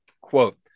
quote